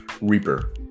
Reaper